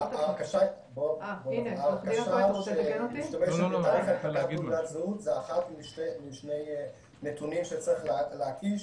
ההרכשה של משתמש בתאריך הנפקת זהות זה אחד משני נתונים שצריך להקיש,